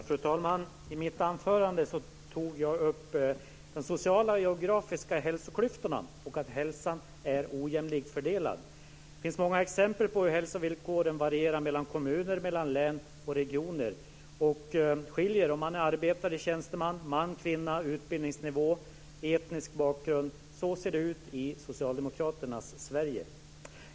Fru talman! I mitt anförande tog jag upp de sociala geografiska hälsoklyftorna och att hälsan är ojämlikt fördelad. Det finns många exempel på hur hälsovillkoren varierar mellan kommuner, län och regioner. Det skiljer också beroende på om man är arbetare eller tjänsteman, man eller kvinna och beroende på utbildningsnivå och etnisk bakgrund. Så ser det ut i Socialdemokraternas Sverige.